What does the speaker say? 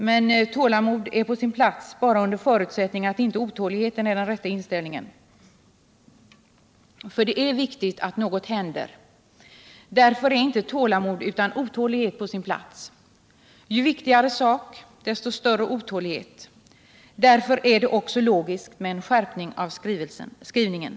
Men tålamod är på sin plats bara under förutsättning att inte otåligheten är den rätta inställningen. Det är viktigt att något händer snart. Därför är inte tålamod utan otålighet på sin plats. Ju viktigare sak, desto större otålighet. Därför är det också logiskt med en skärpning av skrivningen.